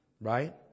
Right